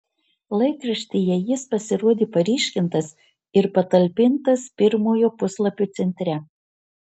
laikraštyje jis pasirodė paryškintas ir patalpintas pirmojo puslapio centre